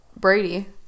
brady